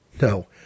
No